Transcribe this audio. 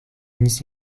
nic